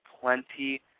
plenty